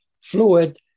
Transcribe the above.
fluid